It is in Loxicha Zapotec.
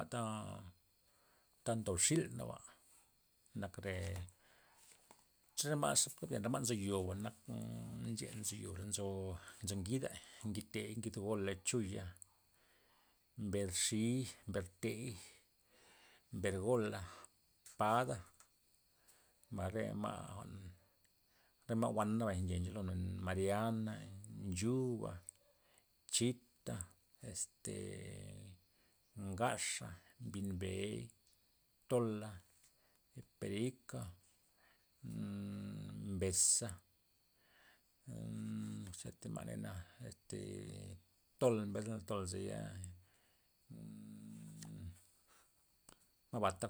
Ta' ta ndob xilnaba, nak re re ma'x re yega manzo yoba nak nche nzy yore nzo ngida, ngitey ngidgola chuya' mber xi'y, mbertey mber gola, pada' mbay re ma' jwa'n re ma' wan nabay nche ncholo men mariana nchuba chita' este ngaxa, mbin bey tola', zi perika mbeza' ammm- choti ma' na este ee tola mbesna tol zeya' ma' batey.